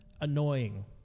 Annoying